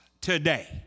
today